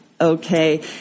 Okay